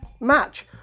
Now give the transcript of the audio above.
match